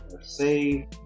save